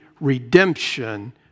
redemption